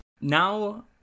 Now